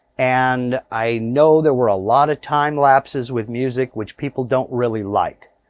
and i know there were a lot of time lapses with music, which people don't really like.